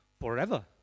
forever